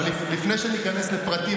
לפני שניכנס לפרטים,